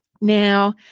Now